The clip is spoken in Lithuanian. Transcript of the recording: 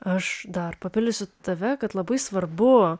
aš dar papildysiu tave kad labai svarbu